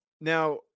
Now